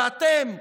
ואתם,